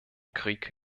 krieg